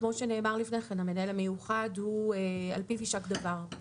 כמו שנאמר לפני כן: המנהל המיוחד - על פיו יישק דבר.